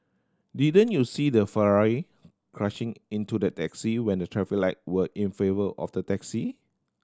didn't you see the Ferrari crashing into the taxi when the traffic light were in favour of the taxi